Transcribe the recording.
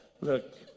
Look